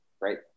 Great